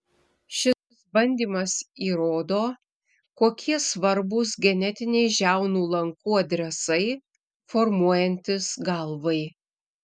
šis bandymas įrodo kokie svarbūs genetiniai žiaunų lankų adresai formuojantis galvai